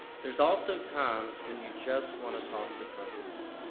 there's also times when you just wanna talk to principals,